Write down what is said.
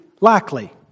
likely